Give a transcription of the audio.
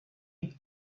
and